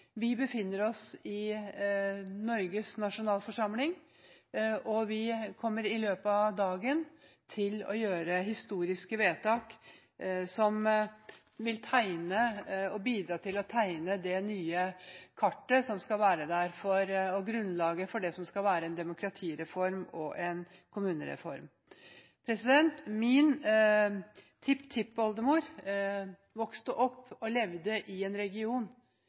vi befinner oss i Norges nasjonalforsamling, og vi kommer i løpet av dagen til å gjøre historiske vedtak som vil bidra til å tegne det nye kartet og grunnlaget for det som skal være en demokratireform og en kommunereform. Min tipptippoldemor vokste opp og levde i en region